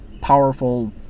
powerful